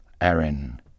Aaron